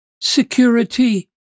security